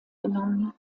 genommen